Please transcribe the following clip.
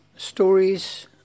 Stories